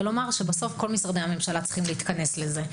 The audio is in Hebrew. אבל בסוף כל משרדי הממשלה צריכים להתכנס לזה.